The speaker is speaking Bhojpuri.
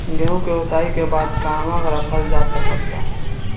गेहूँ के ओसाई के बाद कहवा रखल जा सकत बा?